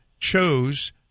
Chose